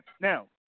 Now